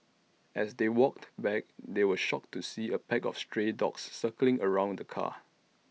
as they walked back they were shocked to see A pack of stray dogs circling around the car